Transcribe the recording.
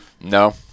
No